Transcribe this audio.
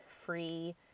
free